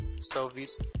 service